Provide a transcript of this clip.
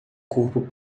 corpo